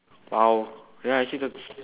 !wow! ya actually that's